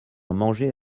manger